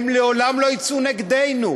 הם לעולם לא יצאו נגדנו,